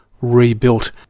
Rebuilt